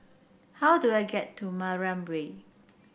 how do I get to Mariam Way